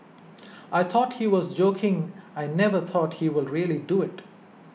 I thought he was joking I never thought he will really do it